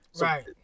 Right